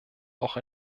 auch